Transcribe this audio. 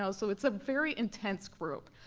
so so it's a very intense group.